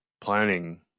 planning